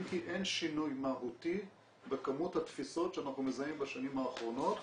אם כי אין שינוי מהותי בכמות התפיסות שאנחנו מזהים בשנים האחרונות,